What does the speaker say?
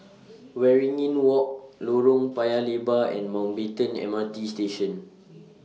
Waringin Walk Lorong Paya Lebar and Mountbatten M R T Station